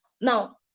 Now